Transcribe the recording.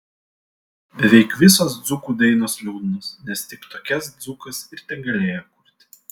beveik visos dzūkų dainos liūdnos nes tik tokias dzūkas ir tegalėjo kurti